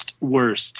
worst